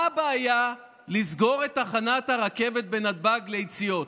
מה הבעיה לסגור את תחנת הרכבת בנתב"ג ליציאות?